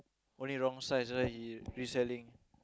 only wrong size then he reselling